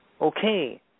okay